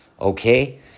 Okay